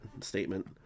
statement